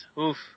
Oof